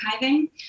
archiving